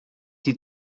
die